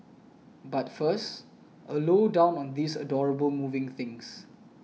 but first a low down on these adorable moving things